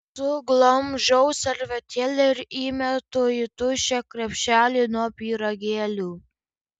suglamžau servetėlę ir įmetu į tuščią krepšelį nuo pyragėlių